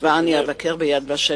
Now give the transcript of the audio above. ומחר אני אבקר גם ב"יד ושם"